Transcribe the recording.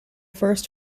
first